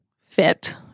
fit